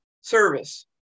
service